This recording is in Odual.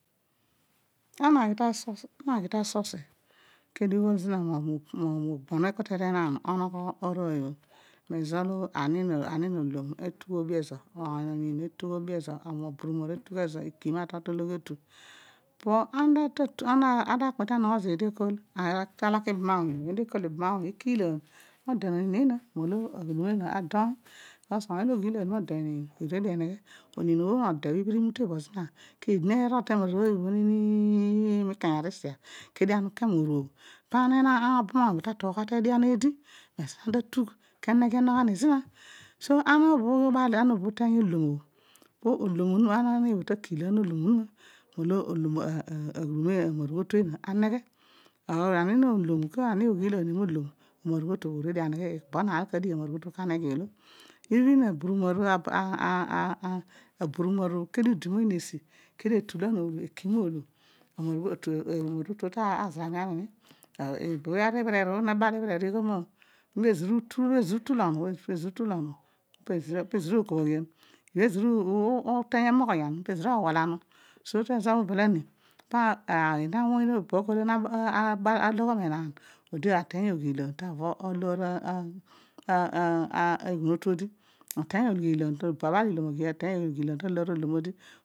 Ana aghi ta sosi, ana aghi tasosi mogba onuekpete te enaan onogho anooy bho mezo olo ani nolom etugh oobi ezo, ode no niin etugh obbi ezo awuny na aborumor etugh oobi ezo ekima atol totu obho pa ana ta kpete anogbo zeedi akal talaka ibam awuny obho ibam awuny ikiilaan ode moniin neena, molo aghudum ena adooy because oony bkos oony olo okiilan io mode no niin odi iruedio neghe, ode bho noniin bho ibhira imute bo zina bho keedi ni rol te emaarooy nini mikanya arisia kedio ana uke moru bho pa na enaan, ana obam moony ta tugha teedian eedi molo ana tugh ke neghe ani enani zin ana obo bho obal. Obo uteeny olom obho polom onuma ana ani bho ta kii lan olom onuma molo ama rugh otu ena aneghe, ani no olom ka ani oghii lan molom amarugh otu obho orue dio anieghe ikpo na aar olo ka dighi amarugh otu bho ka aneghe olo blodio aburu mor kedio idi mo oyiin asi kedio elulan olu, ekima olo, ama rugh olu obho gazaramian nini, obo bha ari ibhomei obho, obho ne bal miibhaaar ughol, ibha ezira utul onu, pia ra oola obho ghiani ibho oziro uteeny emoghongan peeza a oghalanu tezo belani kooy ateeny oghitaan, ta loor odi oba ubol ilom ateeny oghila to aloor odom odi